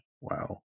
Wow